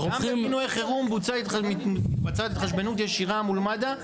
גם פינויי חירום מתבצעת התחשבנות ישירה מול מד"א,